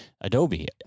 Adobe